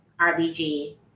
RBG